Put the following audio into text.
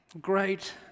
great